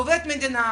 האם הוא עובד מדינה.